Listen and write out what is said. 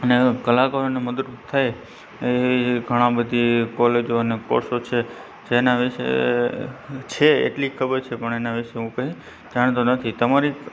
અને કલાકારોને મદદરૂપ થાય એવી ઘણી બધી કોલેજને કોર્ષ છે જેના વિશે છે એટલી ખબર છે પણ એનાં વિષે હું કંઈ જાણતો નથી તમારી